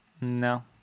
No